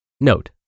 Note